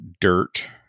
dirt